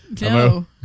No